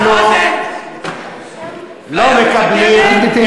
אנחנו לא מקבלים את ההפרדה הזאת,